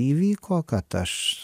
įvyko kad aš